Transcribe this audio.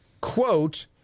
quote